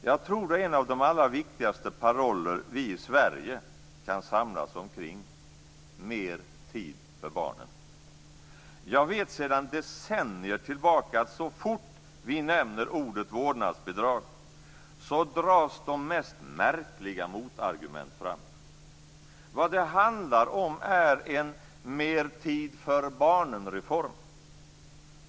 Jag tror att det är en av de allra viktigaste paroller vi i Sverige kan samlas omkring. Mer tid för barnen! Jag vet sedan decennier tillbaka att så fort vi nämner ordet vårdnadsbidrag dras de mest märkliga motargument fram. Vad det handlar om är en mer-tid-förbarnen-reform.